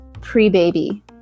pre-baby